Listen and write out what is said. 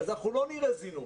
לא נראה זינוק.